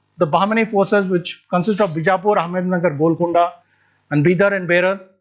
the bahmani forces which consists of bijapur, ahmednagar, golconda and bidar and but